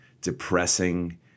depressing